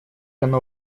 оно